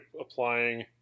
applying